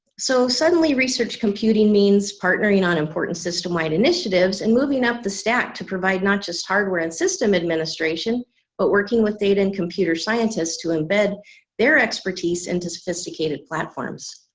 so suddenly research computing means partnering on important system-wide initiatives and moving up the stack to provide not just hardware and system administration but working with data and computer scientists to embed their expertise into sophisticated platforms.